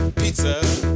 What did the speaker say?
pizza